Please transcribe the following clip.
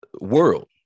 world